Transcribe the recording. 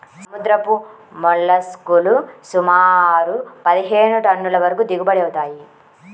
సముద్రపు మోల్లస్క్ లు సుమారు పదిహేను టన్నుల వరకు దిగుబడి అవుతాయి